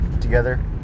together